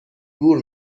گور